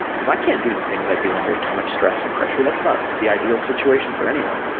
because i can do the things i do undertone of stress and pressure. that's not the ideal situation for anyone.